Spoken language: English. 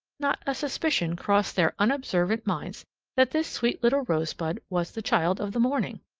not a suspicion crossed their unobservant minds that this sweet little rosebud was the child of the morning.